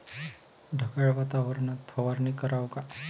ढगाळ वातावरनात फवारनी कराव का?